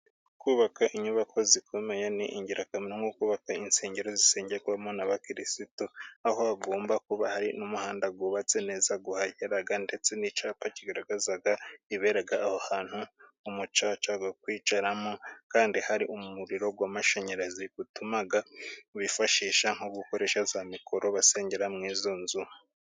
Kubaka inyubako zikomeye ni ingirakamaro, nko kubaka insengero zisengerwamo n'abakirisitu, aho hagomba kuba hari n'umuhanda wubatse neza uhagera ndetse n'icyapa kigaragaza ibibera aho hantu. Umucaca wo kwicaramo, kandi hari umuriro w'amashanyarazi utuma bifashisha nko gukoresha za mikoro basengera muri izo nzu.